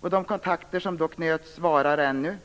De kontakter som då knöts varar ännu.